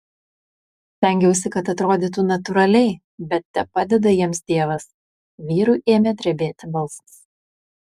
stengiausi kad atrodytų natūraliai bet tepadeda jiems dievas vyrui ėmė drebėti balsas